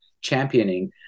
championing